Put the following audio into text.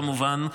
כמובן,